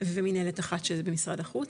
ומנהלת אחת שזה במשרד החוץ.